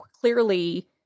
clearly